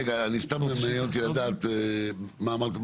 רגע, אני סתם מעניין אותי לדעת מה אמרת?